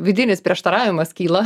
vidinis prieštaravimas kyla